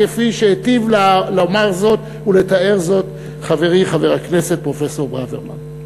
כפי שהיטיב לומר זאת ולתאר זאת חברי חבר הכנסת פרופסור ברוורמן,